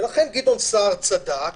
לכן גדעון סער צדק